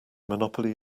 monopoly